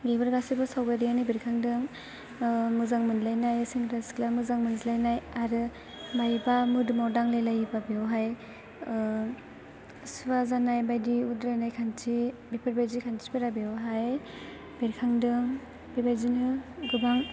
बेफोर गासैबो सावगारियानो बेरखांदों मोजां मोनलायनाय सेंग्रा सिख्ला मोजां मोनज्लायनाय आरो मायेबा मोदोमाव दांलाय लायोब्ला बेवहाय सुवा जानाय बायदि उद्रायनाय खान्थि बेफोरबायदि खान्थिफोरा बेवहाय बेरखांदों बेबायदिनो गोबां